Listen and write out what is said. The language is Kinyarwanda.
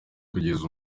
kugeza